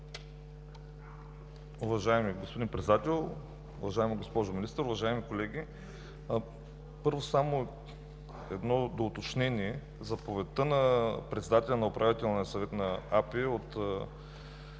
Уважаеми господин Председател, уважаема госпожо Министър, уважаеми колеги! Първо, само едно доуточнение. В заповедта на председателя на Управителния съвет на Агенция